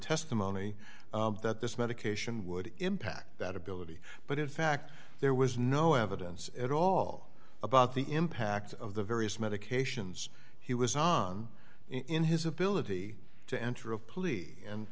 testimony that this medication would impact that ability but in fact there was no evidence at all about the impact of the various medications he was on in his ability